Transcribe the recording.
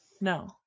No